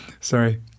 Sorry